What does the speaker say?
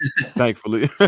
thankfully